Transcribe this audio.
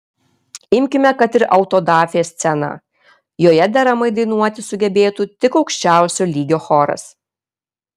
imkime kad ir autodafė sceną joje deramai dainuoti sugebėtų tik aukščiausio lygio choras